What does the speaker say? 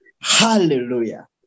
Hallelujah